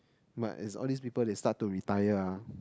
but if all these people they start to retire ah